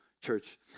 church